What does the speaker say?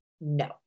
no